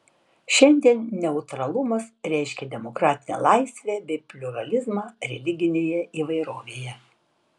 šiandien neutralumas reiškia demokratinę laisvę bei pliuralizmą religinėje įvairovėje